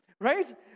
Right